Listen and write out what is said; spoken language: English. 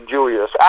Julius